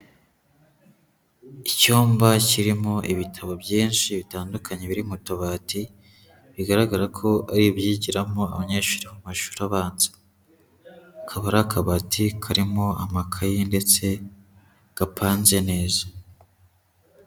Icyumba kirimo ibitabo byinshi bitandukanye biri mu tubati, bigaragara ko ari ibyigiramo abanyeshuri mu mashuri abanza. Kaba ari akabati karimo amakaye ndetse gapanze neza.